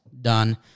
done